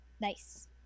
Nice